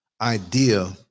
idea